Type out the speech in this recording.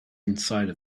inside